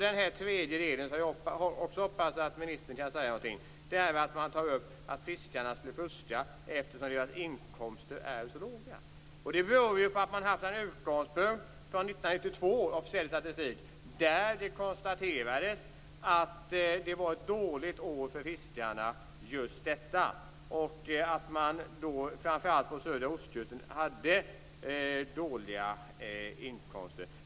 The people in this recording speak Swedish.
Den tredje delen, som jag också hoppas att ministern kan säga någonting om, är att man påstår att fiskarna skulle fuska eftersom deras inkomster är så låga. Det beror på att man har haft officiell statistik från 1992 som utgångspunkt. Det konstaterades att just detta år var ett dåligt år för fiskarna. Framför allt på södra ostkusten hade man dåliga inkomster.